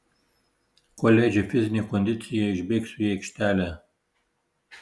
kol leidžia fizinė kondicija išbėgsiu į aikštelę